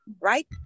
right